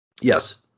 yes